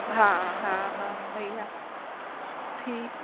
हा हा हा सही आहे ठीकु